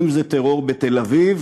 אם זה טרור בתל-אביב,